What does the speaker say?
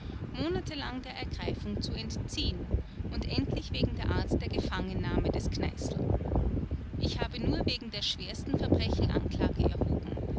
monatelang der ergreifung zu entziehen und endlich wegen der art der gefangennahme des kneißl ich habe nur wegen der schwersten verbrechen anklage erhoben